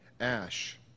ash